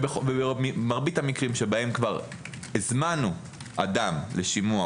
במרבית המקרים שבהם כבר הזמנו אדם לשימוע,